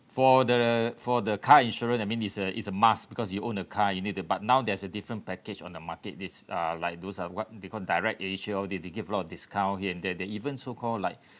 for the for the car insurance I mean it's a it's a must because you own a car you need to but now there's a different package on the market these are like those uh what they call directasia all this they give a lot of discount here and there they even so called like